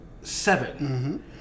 seven